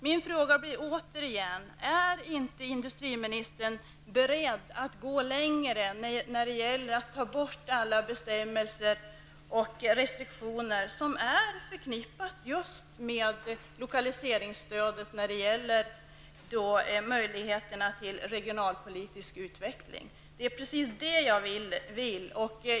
Min fråga blir återigen: Är industriministern inte beredd att gå längre när det gäller att ta bort alla bestämmelser och restriktioner som är förknippade just med lokaliseringsstödet när det gäller möjligheterna till regionalpolitisk utveckling? Det är precis detta jag vill.